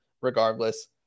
regardless